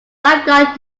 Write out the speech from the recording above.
lifeguard